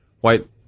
white